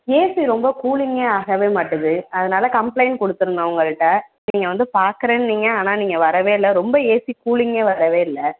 AC ரொம்ப கூலிங்கே ஆக மாட்டுது அதனால் கம்ப்ளைண்ட் கொடுத்துருந்தோம் உங்கள்ட்ட நீங்கள் வந்து பார்க்குறேன்னீங்க ஆனால் நீங்கள் வரவே இல்லை ரொம்ப ஏசி கூலிங்கே வரவே இல்லை